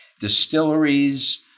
distilleries